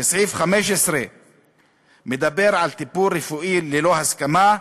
וסעיף 15 מדבר על טיפול רפואי ללא הסכמה.